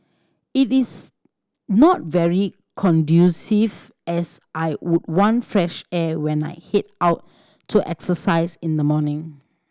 it is not very conducive as I would want fresh air when I head out to exercise in the morning